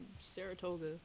Saratoga